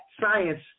science